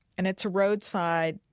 and it's a road sign,